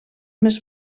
més